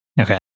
Okay